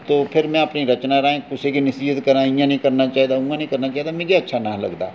तो फिर में अपने रचनां राहें कुसै गी नसीह्त करां इ'यां निं करना चाहिदा उ'आं निं करना चाहिदा मिगी अच्छा निं हा लगदा